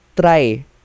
try